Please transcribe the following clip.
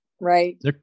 Right